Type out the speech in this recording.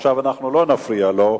עכשיו אנחנו לא נפריע לו.